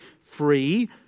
free